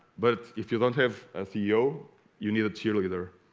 but if you don't have a ceo you need a cheerleader